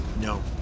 No